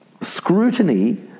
scrutiny